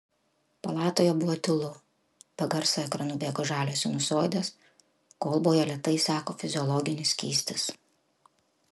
palatoje buvo tylu be garso ekranu bėgo žalios sinusoidės kolboje lėtai seko fiziologinis skystis